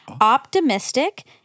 optimistic